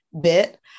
bit